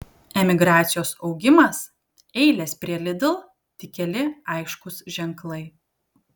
emigracijos augimas eilės prie lidl tik keli aiškūs ženklai